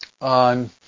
on